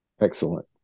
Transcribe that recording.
Excellent